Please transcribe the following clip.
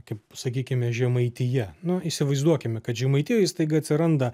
kaip sakykime žemaitija nu įsivaizduokime kad žemaitijoj staiga atsiranda